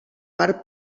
part